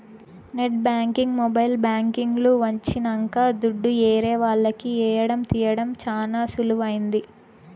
net banking mobile banking లు వచ్చినంక దుడ్డు ఏరే వాళ్లకి ఏయడం తీయడం చానా సులువైంది